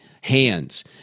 hands